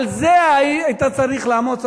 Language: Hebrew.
על זה היית צריך לעמוד,